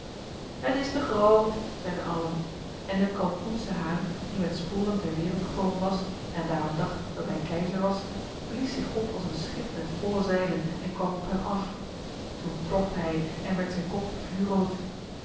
het is te groot zeiden allen en de kalkoensche haan die met sporen ter wereld gekomen was en daarom dacht dat hij keizer was blies zich op als een schip met volle zeilen en kwam op hem af toen klokte hij en werd zijn kop vuurrood